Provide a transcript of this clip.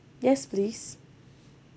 yes please